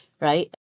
right